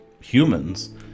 humans